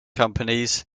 companies